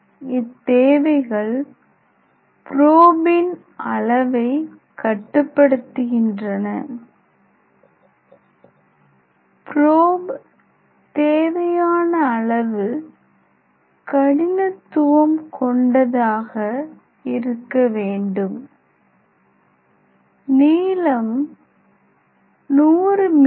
இத்தேவைகள் ப்ரோபின் அளவை கட்டுப்படுத்துகின்றன ப்ரொபு தேவையான அளவு கடினத்துவம் கொண்டதாக இருக்க வேண்டும் நீளம் 100 மி